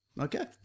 Okay